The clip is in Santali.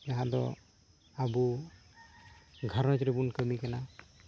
ᱡᱟᱦᱟᱸ ᱫᱚ ᱟᱵᱚ ᱜᱷᱟᱨᱚᱸᱡᱽ ᱨᱮᱵᱚᱱ ᱠᱟᱹᱢᱤ ᱠᱟᱱᱟ